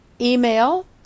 email